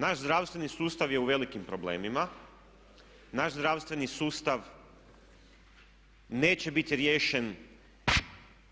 Naš zdravstveni sustav je u velikim problemima, naš zdravstveni sustav neće biti riješen